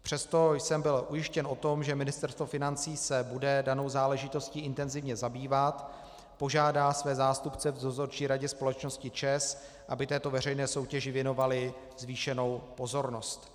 Přesto jsem byl ujištěn o tom, že Ministerstvo financí se bude danou záležitostí intenzivně zabývat, požádá své zástupce v Dozorčí radě společnosti ČEZ, aby této veřejné soutěži věnovali zvýšenou pozornost.